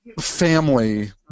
family